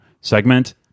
segment